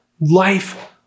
life